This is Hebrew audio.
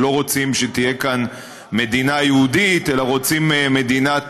שלא רוצים שתהיה כאן מדינה יהודית אלא רוצים מדינת